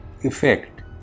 effect